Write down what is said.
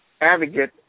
advocate